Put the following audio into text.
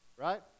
right